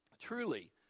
truly